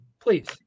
please